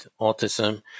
autism